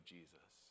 Jesus